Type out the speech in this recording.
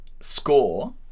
score